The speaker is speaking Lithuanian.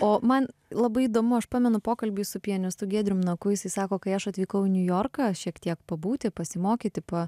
o man labai įdomu aš pamenu pokalbį su pianistu giedrium naku jisai sako kai aš atvykau į niujorką šiek tiek pabūti pasimokyti pa